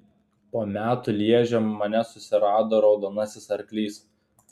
po metų lježe mane susirado raudonasis arklys